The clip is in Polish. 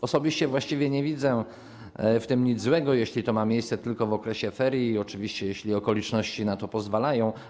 Osobiście właściwie nie widzę w tym nic złego, jeśli to ma miejsce tylko w okresie ferii i oczywiście jeśli okoliczności na to pozwalają.